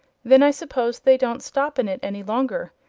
then i suppose they don't stop in it any longer.